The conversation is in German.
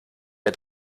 der